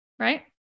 Right